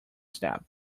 step